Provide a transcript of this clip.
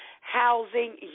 housing